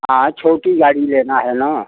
हाँ छोटी गाड़ी लेना है न